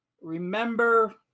remember